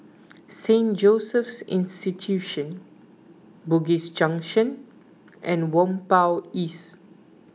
Saint Joseph's Institution Bugis Junction and Whampoa East